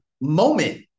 moment